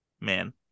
Man